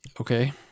Okay